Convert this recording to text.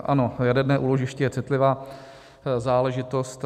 Ano, jaderné úložiště je citlivá záležitost.